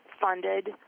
funded